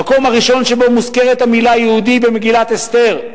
המקום הראשון שבו מוזכרת המלה "יהודי" זה במגילת אסתר,